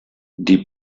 die